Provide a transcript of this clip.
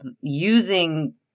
using